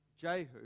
Jehu